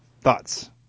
thoughts